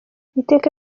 iteka